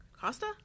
costa